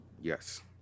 Yes